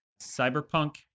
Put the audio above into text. cyberpunk